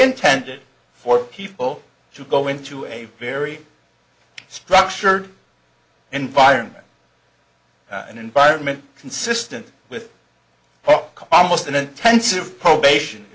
intended for people to go into a very structured environment an environment consistent with hope calm most in intensive probation